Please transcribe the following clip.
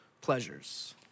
pleasures